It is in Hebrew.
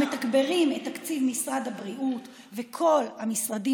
אנחנו מתגברים את תקציב משרד הבריאות וכל המשרדים